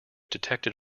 detected